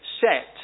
set